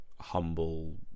humble